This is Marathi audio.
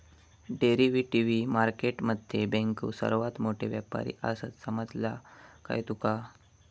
डेरिव्हेटिव्ह मार्केट मध्ये बँको सर्वात मोठे व्यापारी आसात, समजला काय तुका?